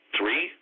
Three